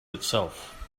itself